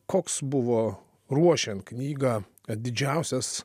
koks buvo ruošiant knygą didžiausias